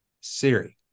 Siri